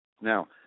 Now